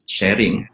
sharing